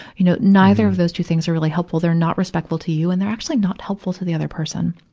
you know, neither of those two things are really helpful. they're not respectful to you and they're actually not helpful to the other person.